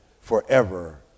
forever